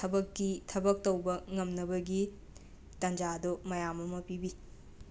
ꯊꯕꯛꯀꯤ ꯊꯕꯛ ꯇꯧꯕ ꯉꯝꯅꯕꯒꯤ ꯇꯟꯖꯥ ꯑꯗꯨ ꯃꯌꯥꯝ ꯑꯃ ꯄꯤꯕꯤ